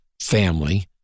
family